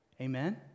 Amen